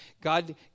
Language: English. God